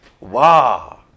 Wow